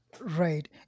Right